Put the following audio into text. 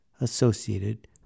associated